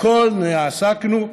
בכול עסקנו,